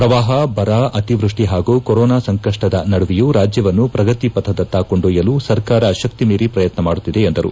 ಶ್ರವಾಪ ಬರ ಅತಿವೃಷ್ಠಿ ಹಾಗೂ ಕೊರೋನಾ ಸಂಕಷ್ಟದ ನಡುವೆಯೂ ರಾಜ್ಞವನ್ನು ಪ್ರಗತಿ ಪಥದತ್ತ ಕೊಂಡೊಯ್ದಲು ಸರ್ಕಾರ ಶಕ್ತಿಮೀರಿ ಪ್ರಯತ್ನ ಮಾಡುತ್ತಿದೆ ಎಂದರು